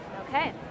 Okay